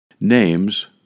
Names